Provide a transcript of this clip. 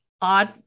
odd